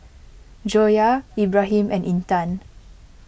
Joyah Ibrahim and Intan